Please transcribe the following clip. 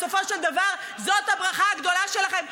בסופו של דבר זאת הברכה הגדולה שלכם,